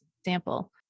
example